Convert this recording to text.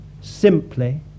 simply